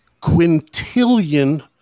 quintillion